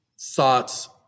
thoughts